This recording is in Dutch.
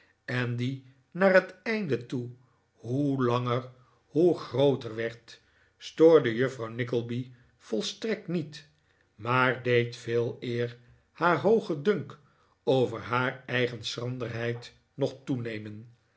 en die naar het einde toe hoe langer hoe grooter werd stoorde juffrouw nickleby volstrekt niet maar deed veeleer haar hoogen dunk over haar eigen schranderheid nog toenemen